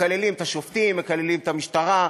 מקללים את השופטים, מקללים את המשטרה,